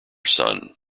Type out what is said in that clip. son